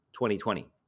2020